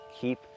Keep